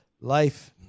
life